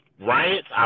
riots